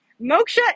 Moksha